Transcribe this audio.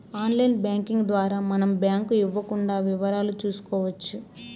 online banking ద్వారా మనం bank ఇవ్వకుండా వివరాలు చూసుకోవచ్చు